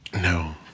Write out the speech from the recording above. No